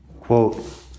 quote